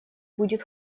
будет